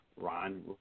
Ron